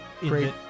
Great